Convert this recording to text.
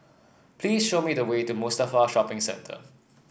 please show me the way to Mustafa Shopping Centre